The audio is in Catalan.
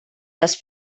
les